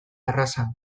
erraza